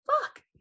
fuck